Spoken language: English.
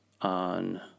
on